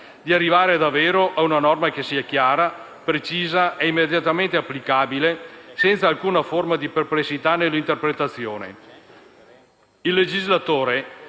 di arrivare davvero ad una norma che sia chiara, precisa e immediatamente applicabile senza alcuna forma di perplessità nell'interpretazione.